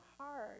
hard